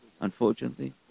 unfortunately